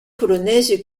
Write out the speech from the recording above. polonaise